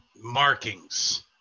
markings